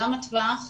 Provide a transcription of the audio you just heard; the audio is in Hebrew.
גם הטווח,